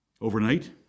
overnight